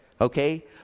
okay